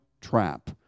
trap